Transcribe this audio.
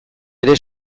ere